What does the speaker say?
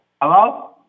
Hello